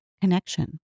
connection